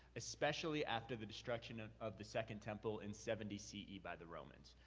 especially after the destruction of the second temple in seventy c e. by the romans.